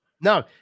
No